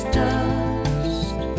dust